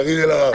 קארין אלהרר.